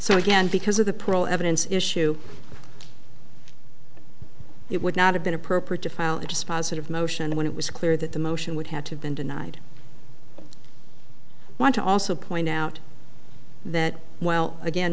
so again because of the parole evidence issue it would not have been appropriate to file a dispositive motion when it was clear that the motion would have to been denied want to also point out that while again